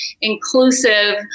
inclusive